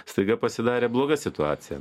staiga pasidarė bloga situacija